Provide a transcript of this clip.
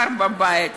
וקר בבית.